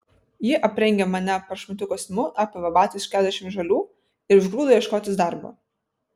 ji aprengė mane prašmatniu kostiumu apavė batais už keturiasdešimt žalių ir išgrūdo ieškotis darbo